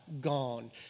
gone